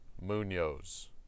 Munoz